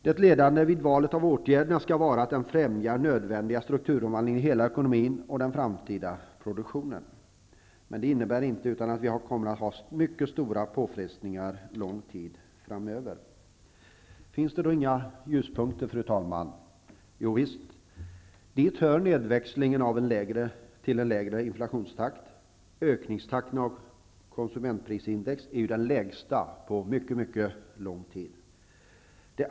Det ledande vid valet av åtgärderna skall vara att de främjar den nödvändiga strukturomvandlingen i hela ekonomin och den framtida produktionen, men det innebär inte att vi slipper ifrån mycket stora påfrestningar lång tid fram över. Finns det då inga ljuspunkter? Jo, visst! Dit hör nedväxlingen till en lägre inflationstakt. Ökningstakten för konsumentprisindex är den lägsta på mycket mycket lång tid.